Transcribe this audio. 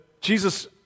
Jesus